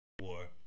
War